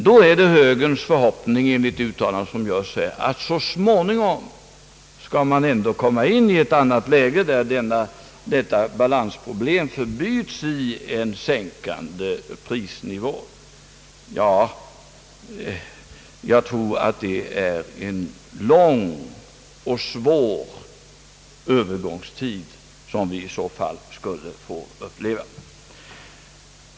Då är det högerns förhoppning att man så småningom skall komma in i ett annat läge, där detta balansproblem förbyts i en sjunkande prisnivå. Jag tror att det blir en lång och svår övergångstid, som vi i så fall skulle få uppleva.